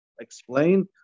explain